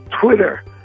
Twitter